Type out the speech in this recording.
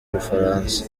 bufaransa